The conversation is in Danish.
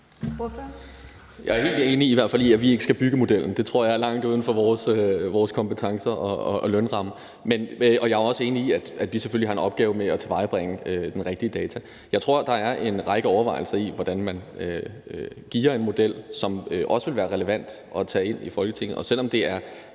Jeg er helt enig i, at vi i hvert fald ikke skal bygge modellen. Det tror jeg er langt uden for vores kompetencer og lønramme. Og jeg er også enig i, at vi selvfølgelig har en opgave med at tilvejebringe det rigtige data. Jeg tror, at der ligger en række overvejelser i, hvordan man gearer en model, som også ville være relevant at tage ind i Folketinget, og selv om det er